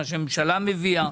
מה שהממשלה מביאה.